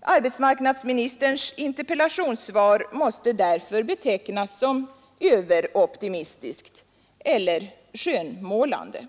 Arbetsmarknadsministerns interpellationssvar måste därför betecknas som överoptimistiskt eller skönmålande.